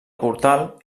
portal